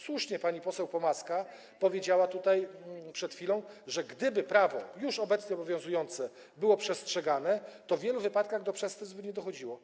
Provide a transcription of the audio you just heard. Słusznie pani poseł Pomaska powiedziała tutaj przed chwilą, że gdyby prawo już obecnie obowiązujące było przestrzegane, to w wielu przypadkach do przestępstw by nie dochodziło.